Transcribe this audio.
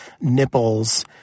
nipples